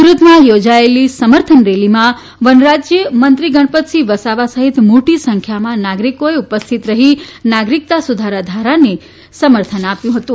મુરતમાં યોજાયેલી સમર્થન રેલીમાં વનરાજ્યમંત્રી ગણપતસિંહ વાસાવા સહિતમ મોટી સંખ્યામાં નાગરિકોએ ઉપસ્થિત રહી નાગરિકતા સુધારા ધારાને સમર્થન આપ્યું હતું